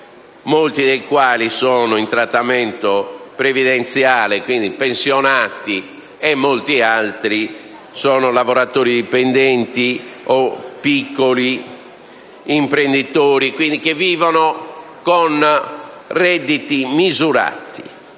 molti dei quali sono in trattamento previdenziale - e quindi pensionanti - e molti altri sono lavoratori dipendenti o piccoli imprenditori, quindi persone che vivono con redditi misurati;